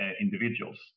individuals